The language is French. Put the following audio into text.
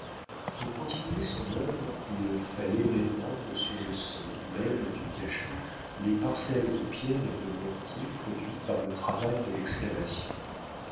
pour continuer son œuvre il fallait répandre sur le sol même du cachot les parcelles de pierre et de mortier produites par le travail de l'excavation